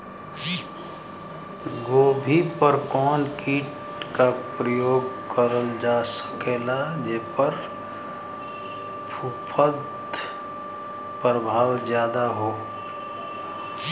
गोभी पर कवन कीट क प्रयोग करल जा सकेला जेपर फूंफद प्रभाव ज्यादा हो?